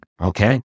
Okay